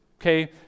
Okay